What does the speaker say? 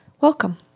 welcome